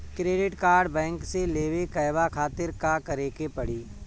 Credit card bank से लेवे कहवा खातिर का करे के पड़ी?